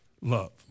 love